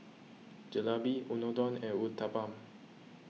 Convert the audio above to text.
Jalebi Unadon and Uthapam